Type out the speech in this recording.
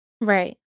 Right